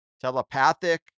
telepathic